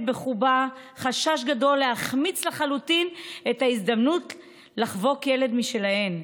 בחובה חשש גדול להחמיץ לחלוטין את ההזדמנות לחבוק ילד משלהן.